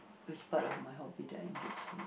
which part of my hobby that I engage